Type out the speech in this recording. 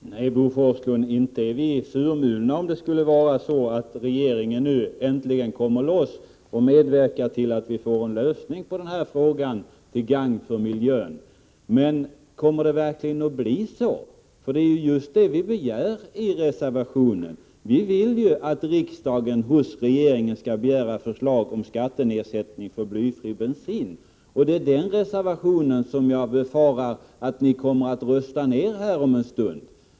Herr talman! Nej, Bo Forslund, inte är vi surmulna om det är så att regeringen nu äntligen kommer loss och medverkar till en lösning på avgasreningsfrågan till gagn för miljön. Men kommer det verkligen att bli så? Det är just det som vi begär i reservationen, dvs. att riksdagen hos regeringen skall begära förslag om skattenedsättning för blyfri bensin. Jag befarar att ni kommer att rösta ner reservationen om en stund.